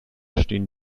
stehen